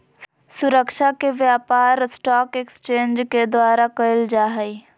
सुरक्षा के व्यापार स्टाक एक्सचेंज के द्वारा क़इल जा हइ